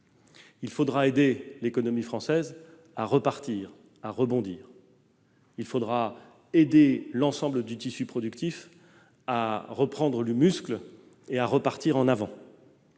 il faudra aider l'économie française à rebondir, aider l'ensemble du tissu productif à reprendre du muscle et à repartir de l'avant.